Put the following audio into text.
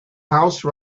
house